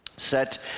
set